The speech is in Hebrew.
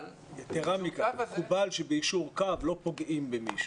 יתרה מכך, מקובל שביישור קו לא פוגעים במישהו.